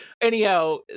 Anyhow